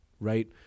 right